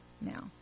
now